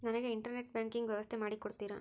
ನನಗೆ internet banking ವ್ಯವಸ್ಥೆ ಮಾಡಿ ಕೊಡ್ತೇರಾ?